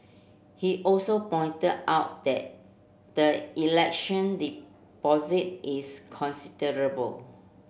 he also pointed out that the election deposit is considerable